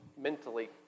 mentally